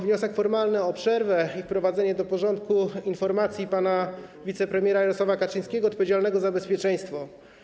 Wniosek formalny o przerwę i wprowadzenie do porządku informacji pana wicepremiera Jarosława Kaczyńskiego, odpowiedzialnego za bezpieczeństwo.